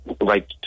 right